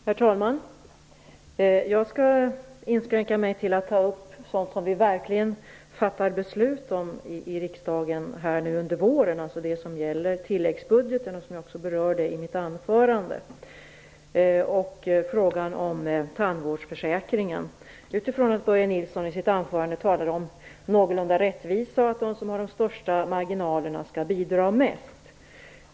Herr talman! Jag skall inskränka mig till att ta upp sådant som vi verkligen fattar beslut om i riksdagen under våren, alltså det som gäller tilläggsbudgeten och som jag också berörde i mitt anförande. Nilsson i sitt anförande om någorlunda rättvisa och om att de som har de största marginalerna skall bidra mest.